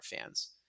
fans